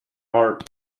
heart